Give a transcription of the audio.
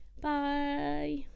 bye